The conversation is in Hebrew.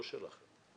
לא רק שלכם.